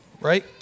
right